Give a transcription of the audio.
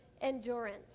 endurance